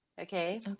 Okay